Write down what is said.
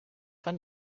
von